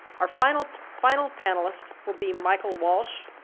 our final final panelist will be michael walsh.